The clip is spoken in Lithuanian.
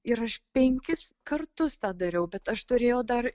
ir aš penkis kartus tą dariau bet aš turėjau dar